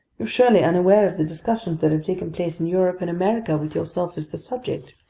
you're surely unaware of the discussions that have taken place in europe and america with yourself as the subject.